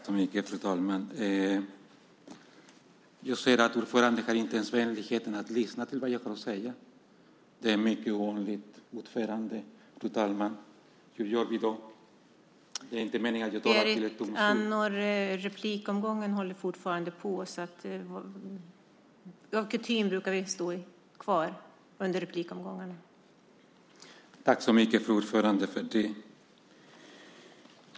Fru talman! Jag ser att ordföranden i konstitutionsutskottet inte ens har vänligheten att lyssna till vad jag har att säga. Det är mycket ovanligt, fru talman. Hur gör vi då? Det är inte meningen att jag ska tala till en tom bänk. Fru talman!